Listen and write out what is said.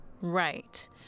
Right